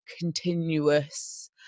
continuous